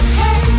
hey